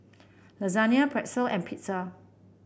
the Lasagne Pretzel and Pizza